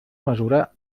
mesura